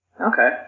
Okay